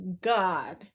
god